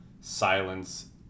silence